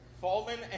fallen